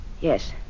Yes